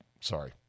sorry